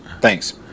Thanks